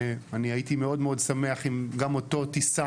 אני הייתי מאוד מאוד שמח אם גם אותו תישא